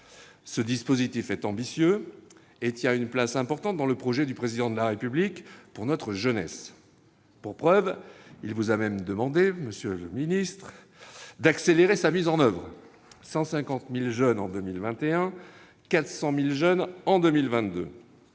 Ce dispositif est ambitieux, et tient une place importante dans le projet du Président de la République pour notre jeunesse. Pour preuve, il vous a même demandé, monsieur le secrétaire d'État, d'accélérer sa mise en oeuvre : il concernera ainsi 150 000 jeunes en 2021,